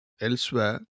elsewhere